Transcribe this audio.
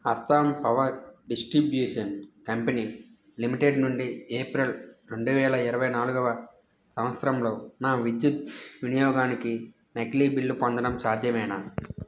Assam power distribution company limited నుండి April రెండు వేల ఇరవై నాల్గవ సంత్సరంలో నా విద్యుత్ వినియోగానికి నకిలీ బిల్లు పొందడం సాధ్యమేనా